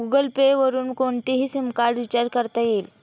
Google Pay वरुन कोणतेही SIM card recharge करता येईल